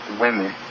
women